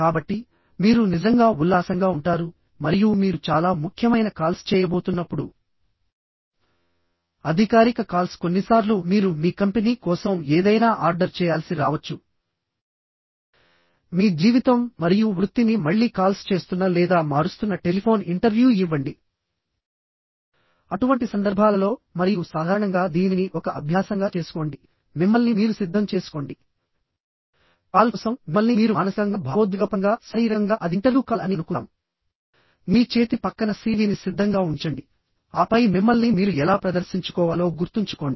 కాబట్టి మీరు నిజంగా ఉల్లాసంగా ఉంటారు మరియు మీరు చాలా ముఖ్యమైన కాల్స్ చేయబోతున్నప్పుడు అధికారిక కాల్స్ కొన్నిసార్లు మీరు మీ కంపెనీ కోసం ఏదైనా ఆర్డర్ చేయాల్సి రావచ్చు మీ జీవితం మరియు వృత్తిని మళ్ళీ కాల్స్ చేస్తున్న లేదా మారుస్తున్న టెలిఫోన్ ఇంటర్వ్యూ ఇవ్వండి అటువంటి సందర్భాలలో మరియు సాధారణంగా దీనిని ఒక అభ్యాసంగా చేసుకోండి మిమ్మల్ని మీరు సిద్ధం చేసుకోండి కాల్ కోసం మిమ్మల్ని మీరు మానసికంగా భావోద్వేగపరంగా శారీరకంగా అది ఇంటర్వ్యూ కాల్ అని అనుకుందాం మీ చేతి పక్కన సీవీని సిద్ధంగా ఉంచండి ఆపై మిమ్మల్ని మీరు ఎలా ప్రదర్శించుకోవాలో గుర్తుంచుకోండి